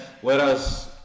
Whereas